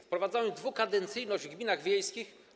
Wprowadzamy dwukadencyjność w gminach wiejskich.